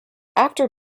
after